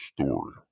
story